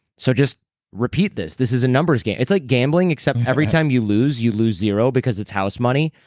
so just repeat this. this is a numbers game. it's like gambling, except every time you lose, you lose zero because it's house money.